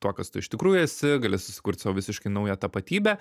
tuo kas tu iš tikrųjų esi gali susikurt sau visiškai naują tapatybę